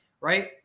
right